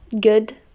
good